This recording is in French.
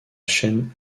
chaîne